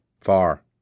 far